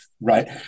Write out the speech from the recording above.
right